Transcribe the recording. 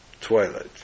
Twilight